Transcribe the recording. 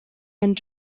and